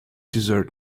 desert